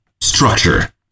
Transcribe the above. structure